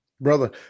Brother